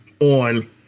on